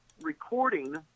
recording